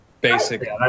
basic